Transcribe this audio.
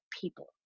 people